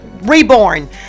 reborn